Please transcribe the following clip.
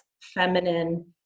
feminine